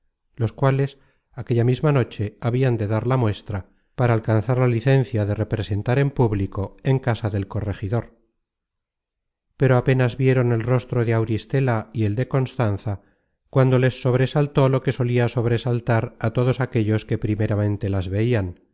los cuales aquella misma noche habian de dar la muestra para alcanzar la licencia de representar en público en casa del corregidor pero apenas vieron el rostro de auristela y el de constanza cuando les sobresaltó lo que solia sobresaltar á todos aquellos que primeramente las veian